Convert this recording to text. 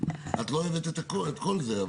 את לא אוהבת את כל זה.